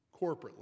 corporately